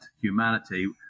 humanity